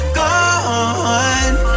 gone